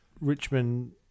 Richmond